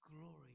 glory